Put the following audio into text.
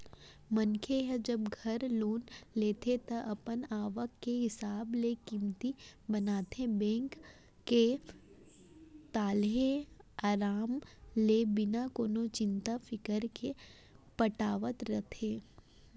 मनखे ह जब घर लोन लेथे ता अपन आवक के हिसाब ले किस्ती बनाथे बेंक के ताहले अराम ले बिना कोनो चिंता फिकर के पटावत रहिथे